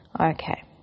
Okay